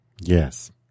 Yes